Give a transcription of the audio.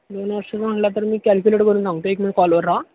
दोन वर्षाचं म्हणाल तर मी कॅल्क्युलेट करून सांगतो एक मिनिट कॉलवर राहा